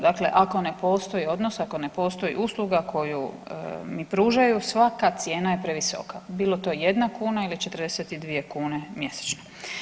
Dakle, ako ne postoji odnos, ako ne postoji usluga koju mi pružaju svaka cijena je previsoka bilo to 1 kuna ili 42 kune mjesečno.